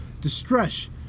distress